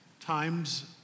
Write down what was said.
times